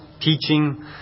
teaching